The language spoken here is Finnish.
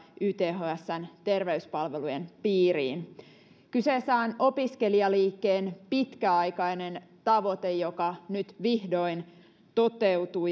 ythsn terveyspalvelujen piiriin kyseessä on opiskelijaliikkeen pitkäaikainen tavoite joka nyt vihdoin toteutuu